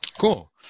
cool